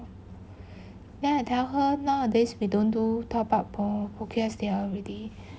then I tell her nowadays we don't do top up for Q_S_T_L already